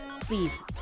please